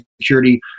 security